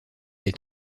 est